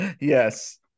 Yes